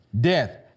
death